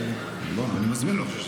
בוא, אני מזמין אותך.